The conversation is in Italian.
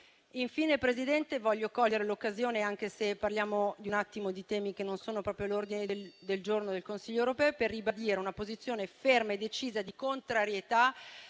Infine, presidente Meloni, voglio cogliere l'occasione, anche se si tratta di temi che non sono proprio all'ordine del giorno del Consiglio europeo, per ribadire una posizione ferma e decisa di contrarietà